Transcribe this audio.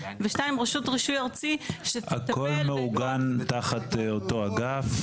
ושתיים רשות רישוי ארצי שתטפל -- הכל מעוגן תחת אותו אגף.